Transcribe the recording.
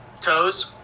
Toes